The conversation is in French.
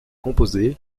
composé